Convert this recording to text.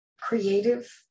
creative